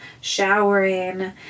showering